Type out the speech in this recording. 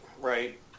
right